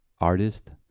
artist